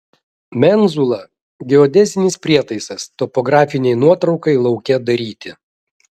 menzula geodezinis prietaisas topografinei nuotraukai lauke daryti